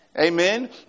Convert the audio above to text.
Amen